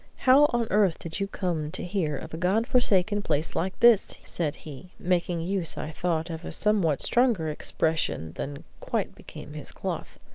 how on earth did you come to hear of a god-forsaken place like this? said he, making use, i thought, of a somewhat stronger expression than quite became his cloth.